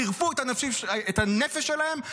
חירפו את הנפש שלהם,